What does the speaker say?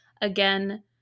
again